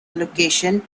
allocation